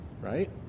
right